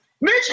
Mitch